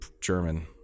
German